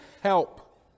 help